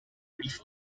brief